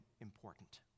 important